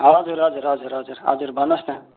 हजुर हजुर हजुर हजुर हजुर भन्नुहोस् न